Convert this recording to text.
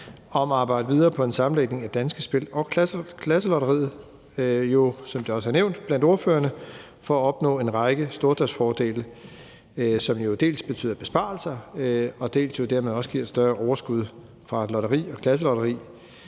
at arbejde videre på en sammenlægning af Danske Spil og Klasselotteriet for – som det også er blevet nævnt blandt ordførerne – at opnå en række stordriftsfordele, som jo dels betyder besparelser, dels dermed også giver et større overskud fra lotteri og klasselotteri.